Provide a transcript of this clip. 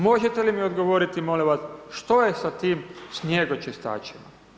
Možete li mi odgovoriti, molim vas, što je sa tim snjegočistačima?